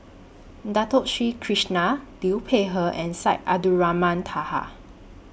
Dato Sri Krishna Liu Peihe and Syed Abdulrahman Taha